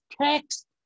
text